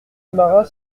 marat